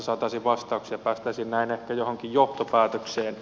saataisiin vastauksia päästäisiin näin ehkä johonkin johtopäätökseen